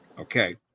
Okay